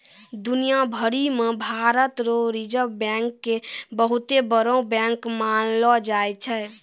दुनिया भरी मे भारत रो रिजर्ब बैंक के बहुते बड़ो बैंक मानलो जाय छै